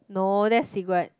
no that's cigarette